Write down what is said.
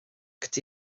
cad